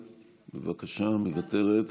מוותרת,